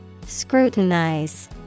Scrutinize